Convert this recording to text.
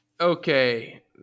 Okay